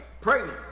Pregnant